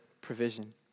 provision